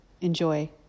Enjoy